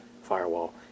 firewall